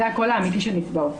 זה הקול האמיתי של נפגעות.